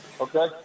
Okay